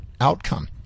outcome